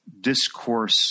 discourse